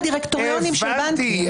הבנתי.